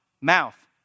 Mouth